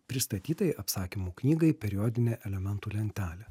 pristatytai apsakymų knygai periodinė elementų lentelė